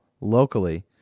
locally